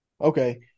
Okay